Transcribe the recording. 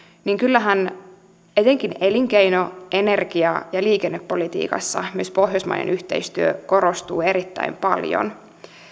niin kyllähän etenkin elinkeino energia ja liikennepolitiikassa myös pohjoismainen yhteistyö korostuu erittäin paljon